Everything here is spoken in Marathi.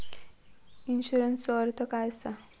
इन्शुरन्सचो अर्थ काय असा?